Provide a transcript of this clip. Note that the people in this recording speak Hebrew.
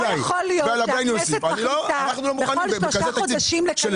לא יכול להיות שהכנסת מחליטה כל שלושה חודשים לקדם